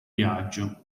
viaggio